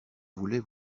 voulais